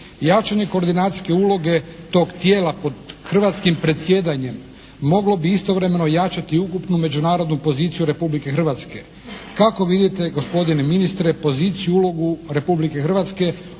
Jačanje koordinacijske uloge tog tijela pod hrvatskim predsjedanjem mogao bi istovremeno jačati ukupnu međunarodnu poziciju Republike Hrvatske. Kako vidite gospodine ministre, poziciju i ulogu Republike Hrvatske,